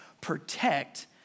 protect